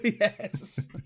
yes